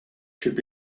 should